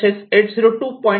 तसेच 802